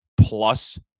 plus